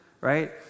right